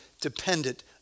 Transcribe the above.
dependent